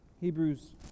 Hebrews